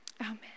Amen